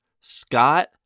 Scott